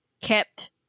kept